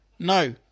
No